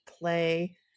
play